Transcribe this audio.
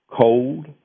cold